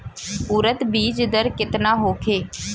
उरद बीज दर केतना होखे?